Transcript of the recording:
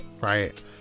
Right